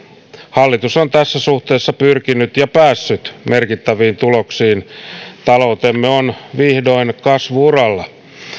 hallitus on tässä suhteessa pyrkinyt ja päässyt merkittäviin tuloksiin taloutemme on vihdoin kasvu uralla